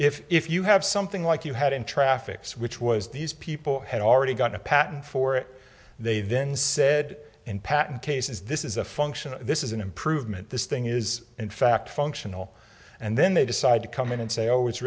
irrefutable if you have something like you had in traffics which was these people had already got a patent for it they then said in patent cases this is a function this is an improvement this thing is in fact functional and then they decide to come in and say oh it